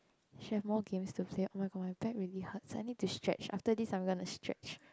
should have more games to play oh-my-god my back really hurts I need to stretch after this I'm gonna stretch